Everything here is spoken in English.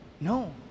No